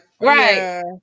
Right